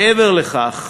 מעבר לכך,